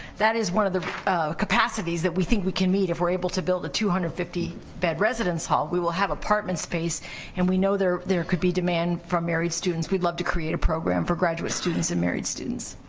that is one of the capacities that we think we can meet, if we're able to build a two hundred and fifty bed residence hall. we will have apartment space and we know that there could be demand from married students. we'd love to create a program for graduate students and married students.